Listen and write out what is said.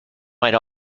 might